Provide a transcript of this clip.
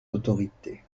autorité